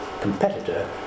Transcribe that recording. competitor